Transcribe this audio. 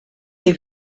les